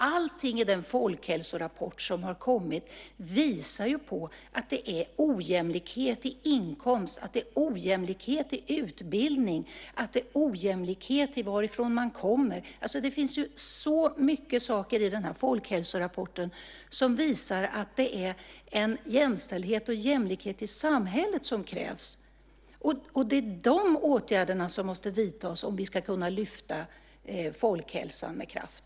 Allting i den folkhälsorapport som har kommit visar att det är ojämlikhet i inkomst, ojämlikhet i utbildning, ojämlikhet i varifrån man kommer. Det finns så många saker i den här folkhälsorapporten som visar att det är jämställdhet och jämlikhet i samhället som krävs. Det är de åtgärderna som måste vidtas om vi ska kunna lyfta upp folkhälsan med kraft.